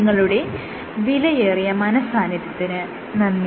നിങ്ങളുടെ വിലയേറിയ മനഃസാന്നിധ്യത്തിന് നന്ദി